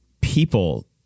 people